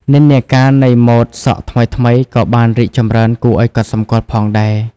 និន្នាការនៃម៉ូដសក់ថ្មីៗក៏បានរីកចម្រើនគួរឱ្យកត់សម្គាល់ផងដែរ។